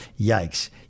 yikes